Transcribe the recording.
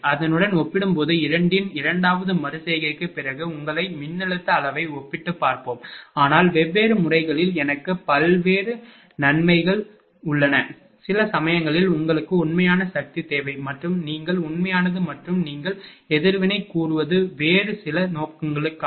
அதனுடன் ஒப்பிடும்போது இரண்டின் இரண்டாவது மறு செய்கைக்குப் பிறகு உங்களை மின்னழுத்த அளவை ஒப்பிட்டுப் பார்ப்போம் ஆனால் வெவ்வேறு முறைகளில் எனக்கு பல்வேறு நன்மைகள் உள்ளன சில சமயங்களில் எங்களுக்கு உண்மையான சக்தி தேவை மற்றும் நீங்கள் உண்மையானது மற்றும் நீங்கள் எதிர்வினை கூறுவது வேறு சில நோக்கங்களுக்காக